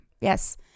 Yes